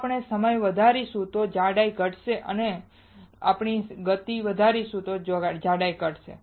જો આપણે સમય વધારીશું તો જાડાઈ ઘટશે અને જો આપણે ગતિ વધારીશું તો જાડાઈ ઘટશે